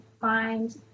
find